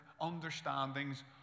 understandings